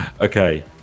okay